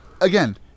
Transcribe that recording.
again